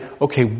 okay